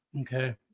okay